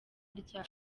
ryayo